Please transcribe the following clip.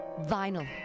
vinyl